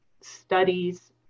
studies